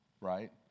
right